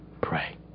pray